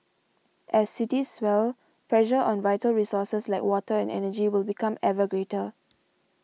as cities swell pressure on vital resources like water and energy will become ever greater